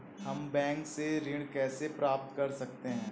हम बैंक से ऋण कैसे प्राप्त कर सकते हैं?